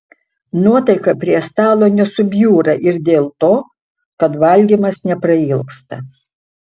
nuotaika prie stalo nesubjūra ir dėl to kad valgymas neprailgsta